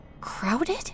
crowded